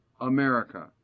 America